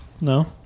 No